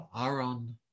Aaron